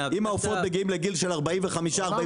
אם העופות מגיעים לגיל של 45-46 ימים.